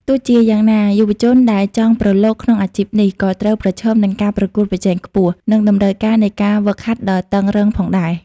ទោះជាយ៉ាងណា យុវជនដែលចង់ប្រឡូកក្នុងអាជីពនេះ ក៏ត្រូវប្រឈមនឹងការប្រកួតប្រជែងខ្ពស់ និងតម្រូវការនៃការហ្វឹកហាត់ដ៏តឹងរ៉ឹងផងដែរ។